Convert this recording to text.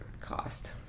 cost